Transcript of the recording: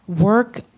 work